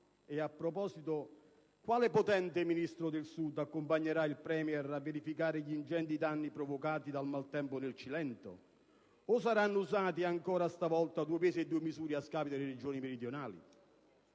E a proposito, quale potente ministro del Sud accompagnerà il *Premier* a verificare gli ingenti danni provocati nel Cilento dal maltempo? O saranno usati anche questa volta due pesi e due misure a scapito delle Regioni meridionali?